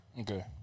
Okay